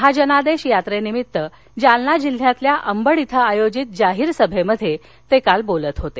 महाजनादेश यात्रेनिमित्त जालना जिल्ह्यातल्या अंबड इथं आयोजित जाहीर सभेत ते काल बोलत होते